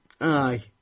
aye